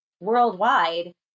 worldwide